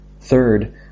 Third